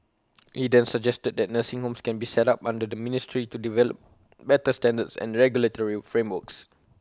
he then suggested that nursing homes can be set up under the ministry to develop better standards and regulatory frameworks